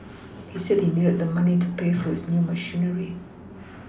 he said he needed the money to pay for his new machinery